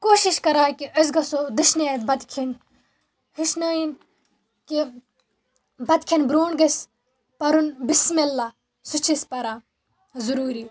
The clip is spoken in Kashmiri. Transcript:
کوٗشِش کران کہِ أسۍ گژھو دٔچھنہِ اَتھٕ بَتہٕ کھیٚنۍ ہیٚچھنٲیِن کہِ بَتہٕ کھیٚنہٕ برٛونٛٹھ گژھِ پَرُن بِسمہِ اللہ سُہ چھِ أسۍ پران ضٔروٗری